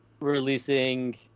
releasing